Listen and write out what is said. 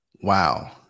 Wow